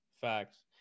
Facts